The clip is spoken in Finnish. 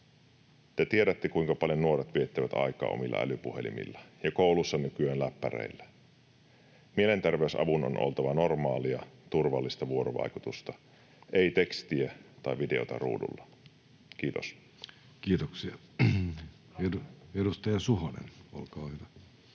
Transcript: Te tiedätte, kuinka paljon nuoret viettävät aikaa omilla älypuhelimillaan ja koulussa nykyään läppäreillä. Mielenterveysavun on oltava normaalia, turvallista vuorovaikutusta, ei tekstiä tai videota ruudulla. — Kiitos. Kiitoksia. — Edustaja Suhonen, olkaa hyvä.